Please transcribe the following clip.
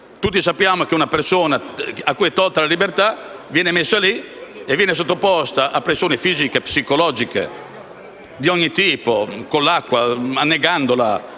quando una persona, cui è tolta la libertà, viene messa lì e viene sottoposta a pressioni fisiche e psicologiche di ogni tipo, con l'acqua, inducendo